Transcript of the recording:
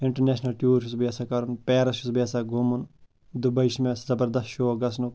international tour چھُس بہٕ یَژھان کَرُن پیرَس چھُس بہٕ یَژھان گوٗمُن دُبَے چھِ مےٚ زبردست شوق گژھنُک